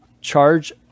charge